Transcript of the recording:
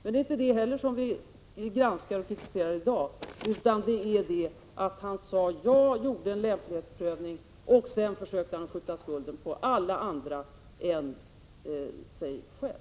Det är inte heller det som vi granskar och kritiserar i dag, utan att han sade ja, gjorde en lämplighetsprövning och sedan försökte skjuta skulden på alla andra än sig själv.